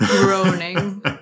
groaning